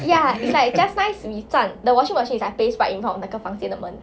ya it's like just nice we 站 the washing machine is like face right in front of 那个房间的门